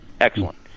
Excellent